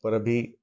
पर अभी